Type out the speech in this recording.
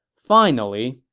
finally,